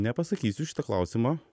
nepasakysiu šitą klausimą